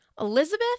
Elizabeth